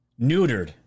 neutered